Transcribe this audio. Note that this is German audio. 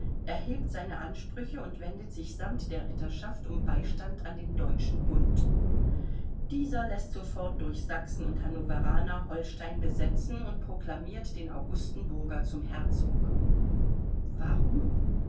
erhebt seine ansprüche und wendet sich samt der ritterschaft um beistand an den deutschen bund dieser läßt sofort durch sachsen und hannoveraner holstein besetzen und proklamiert den augustenburger zum herzog warum